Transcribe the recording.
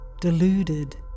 deluded